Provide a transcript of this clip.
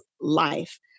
life